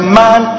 man